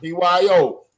Pyo